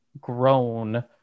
grown